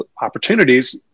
opportunities